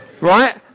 Right